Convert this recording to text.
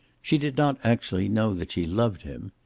she did not actually know that she loved him.